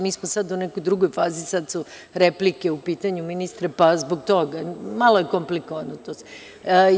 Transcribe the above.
Mi smo sada u nekoj drugoj fazi, sada su replike u pitanju, ministre, pa zbog toga, malo je komplikovano to sve.